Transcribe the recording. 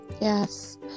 Yes